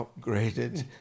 upgraded